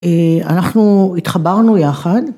‫אנחנו התחברנו יחד.